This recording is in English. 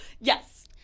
Yes